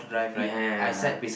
ya ya ya